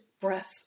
breath